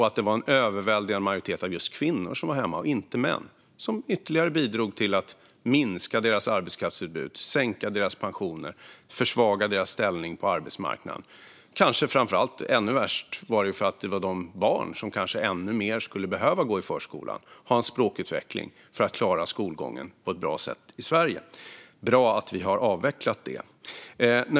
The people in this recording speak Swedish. Att det var en överväldigande majoritet av just kvinnor och inte män som var hemma bidrog ytterligare till att minska deras arbetskraftsutbud, sänka deras pensioner och försvaga deras ställning på arbetsmarknaden. Det värsta var kanske att barn som kanske ännu mer än andra skulle behöva gå i förskolan, för att få en språkutveckling för att klara skolgången på ett bra sätt i Sverige, inte gjorde det. Det är bra att vi har avvecklat det.